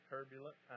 Turbulent